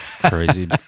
Crazy